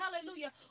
hallelujah